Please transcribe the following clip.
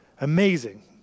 Amazing